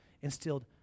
instilled